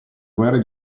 guerre